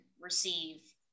receive